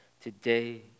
today